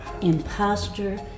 Imposter